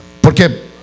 porque